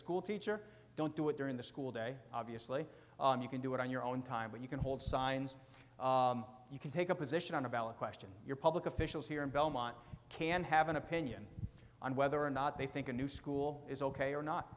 school teacher don't do it during the school day obviously you can do it on your own time but you can hold signs you can take a position on a ballot question your public officials here in belmont can have an opinion on whether or not they think a new school is ok or